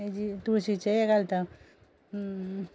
हेजी तुळशीचें हें घालता